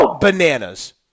bananas